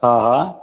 हा हा